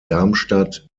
darmstadt